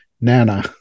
Nana